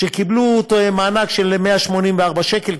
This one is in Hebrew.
קיבלו מענק של 184 שקלים,